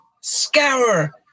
scour